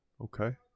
Okay